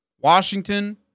Washington